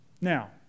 Now